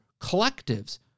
collectives